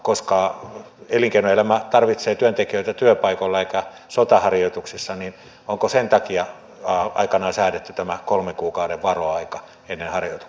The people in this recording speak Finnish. koska elinkeinoelämä tarvitsee työntekijöitä työpaikoilla eikä sotaharjoituksissa onko sen takia aikanaan säädetty tämä kolmen kuukauden varoaika ennen harjoituksia